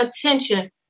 attention